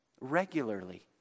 regularly